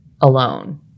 alone